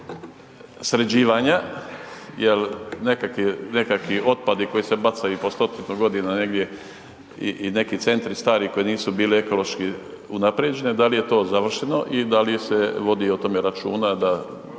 sređivanja? Jel nekakvi, nekakvi otpadi koji se bacaju po stotinu godina negdje i, i neki centri stari koji nisu bili ekološki unaprijeđeni, da li je to završeno i da li se vodi o tome računa da,